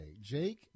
Jake